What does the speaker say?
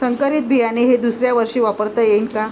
संकरीत बियाणे हे दुसऱ्यावर्षी वापरता येईन का?